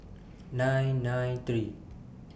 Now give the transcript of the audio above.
nine nine three